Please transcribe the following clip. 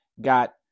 got